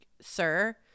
sir